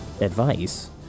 advice